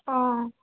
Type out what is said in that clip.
অঁ